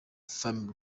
family